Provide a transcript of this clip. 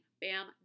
bam